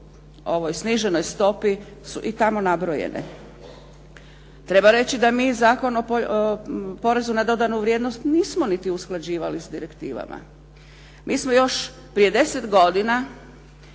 ovoj sniženoj stopi su i tamo nabrojene. Treba reći da mi Zakon o porezu na dodanu vrijednost nismo niti usklađivali s direktivama. Mi smo još prije 10 godina,